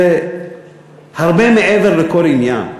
זה הרבה מעבר לכל עניין,